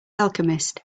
alchemist